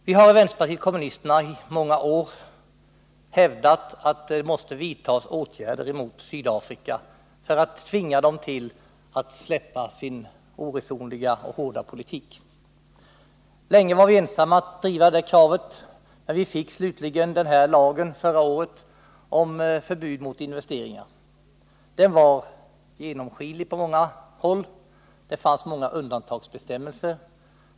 Vi har i vänsterpartiet kommunisterna i många år hävdat att det måste vidtas åtgärder mot Sydafrika för att tvinga makthavarna att släppa sin oresonliga och hårda politik. Länge var vi ensamma om att driva det kravet. Slutligen fick vi förra året en lag om förbud mot investeringar. Den var genomskinlig på många sätt. Det fanns många undantagsbestämmelser.